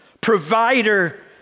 provider